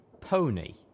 pony